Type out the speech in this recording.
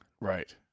Right